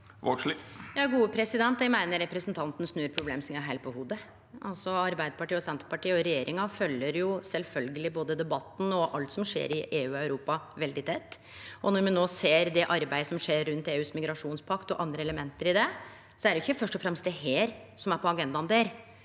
Vågslid (A) Eg meiner represen- tanten snur problemstillinga heilt på hovudet. Arbeidarpartiet, Senterpartiet og regjeringa følgjer sjølvsagt både debatten og alt som skjer i EU og Europa, veldig tett, og når me no ser det arbeidet som skjer rundt EUs migrasjonspakt og andre element i det, er det ikkje først og fremst dette som er på agendaen der.